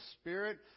spirit